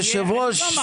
-- אז אף אחד לא מבוהל,